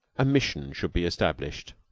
a mission should be established.